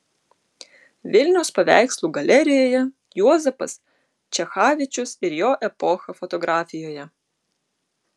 vilniaus paveikslų galerijoje juozapas čechavičius ir jo epocha fotografijoje